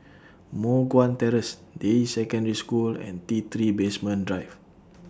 Moh Guan Terrace Deyi Secondary School and T three Basement Drive